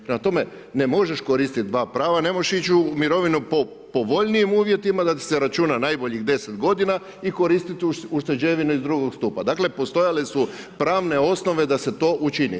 Prema tome ne možeš koristit dva prava, ne možeš ići u mirovinu po povoljnijim uvjetima da ti se računa najboljih 10 godina i koristiti ušteđevine iz II. stupa, dakle postojale su pravne osnove da se to učini.